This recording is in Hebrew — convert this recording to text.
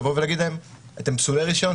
לבוא ולהגיד להם: אתם פסולי רישיון,